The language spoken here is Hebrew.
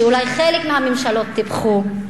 שאולי חלק מהממשלות טיפחו.